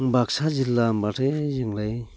बाक्सा जिल्ला होमब्लाथाय जोंलाय